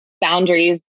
boundaries